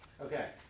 Okay